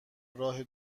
راه